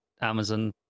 Amazon